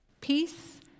Peace